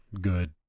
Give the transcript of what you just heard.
good